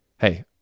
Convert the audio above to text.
Hey